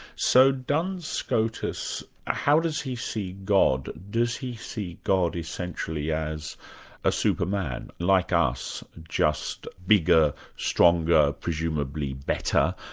so duns scotus, how does he see god? does he see god essentially as a super man? like us, just bigger, stronger, presumably better,